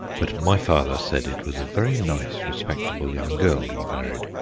but my father said it was a very nice respectable young girl he married,